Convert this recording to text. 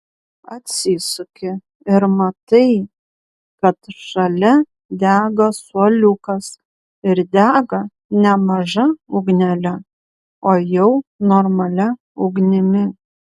atsisuki ir matai kad šalia dega suoliukas ir dega ne maža ugnele o jau normalia ugnimi